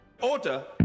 Order